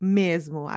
mesmo